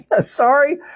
Sorry